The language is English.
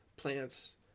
plants